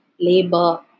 labor